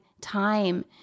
time